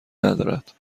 ندارد